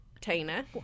Tina